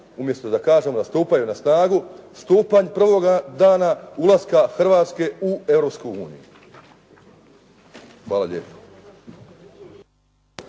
umjesto da kažemo da stupaju na snagu, stupa prvoga dana ulaska Hrvatske u Europsku uniju.